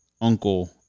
Uncle